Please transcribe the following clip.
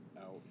out